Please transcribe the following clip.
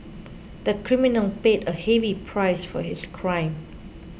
the criminal paid a heavy price for his crime